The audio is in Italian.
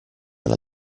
alla